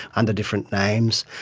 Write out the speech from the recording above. under different names.